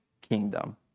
kingdom